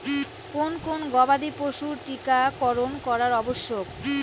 কোন কোন গবাদি পশুর টীকা করন করা আবশ্যক?